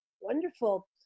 Wonderful